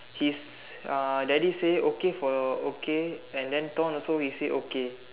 his uh daddy say okay for okay and then thorn also he said okay